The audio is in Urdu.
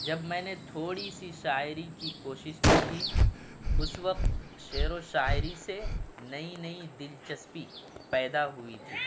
جب میں نے تھوڑی سی شاعری کی کوشش کی تھی اس وقت شعر و شاعری سے نئی نئی دلچسپی پیدا ہوئی تھی